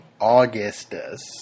Augustus